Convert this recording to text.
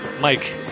Mike